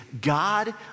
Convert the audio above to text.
God